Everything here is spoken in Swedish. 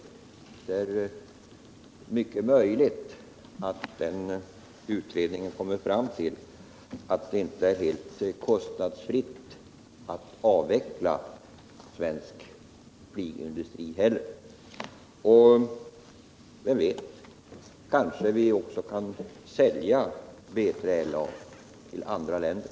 Det är mycket möjligt att utredningen kommer fram till att det inte är kostnadsfritt att avveckla svensk flygindustri. Och vem vet — kanske vi också kan sälja B3LA till andra länder?